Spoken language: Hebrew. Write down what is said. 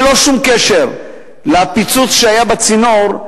ללא שום קשר לפיצוץ שהיה בצינור,